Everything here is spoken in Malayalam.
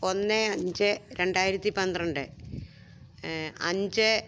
ഒന്ന് അഞ്ച് രണ്ടായിരത്തിപ്പന്ത്രണ്ട് അഞ്ച്